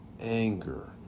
anger